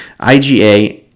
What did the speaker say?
IgA